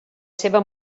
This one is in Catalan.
seva